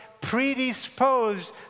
predisposed